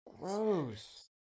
gross